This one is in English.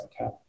okay